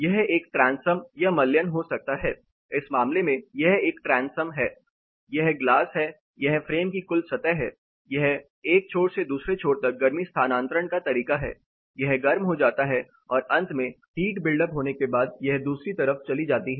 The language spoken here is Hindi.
यह एक ट्रैन्सम या मल्यन हो सकता है इस मामले में यह एक ट्रैन्सम है यह ग्लास है यह फ्रेम की कुल सतह है यह एक छोर से दूसरे छोर तक गर्मी स्थानांतरण का तरीका है यह गर्म हो जाता है और अंत में हीट बिल्ड अप होने के बाद यह दूसरी तरफ चली जाती है